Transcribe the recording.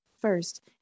First